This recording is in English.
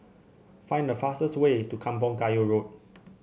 find the fastest way to Kampong Kayu Road